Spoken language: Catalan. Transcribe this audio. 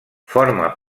forma